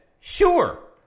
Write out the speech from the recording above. sure